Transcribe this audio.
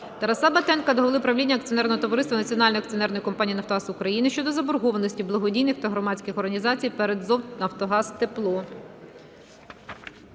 Тараса Батенка до голови правління акціонерного товариства "Національної акціонерної компанії "Нафтогаз України" щодо заборгованості благодійних та громадських організацій перед ТзОВ "Нафтогаз Тепло".